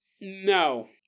No